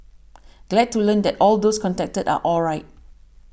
glad to learn that all those contacted are alright